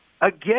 again